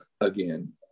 again